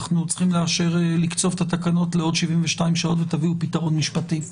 אנחנו צריכים לאשר לקצוב את התקנות לעוד 72 שעות ותביאו פתרון משפטי.